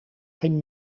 geen